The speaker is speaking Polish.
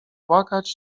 płakać